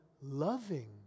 loving